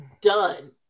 done